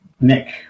Nick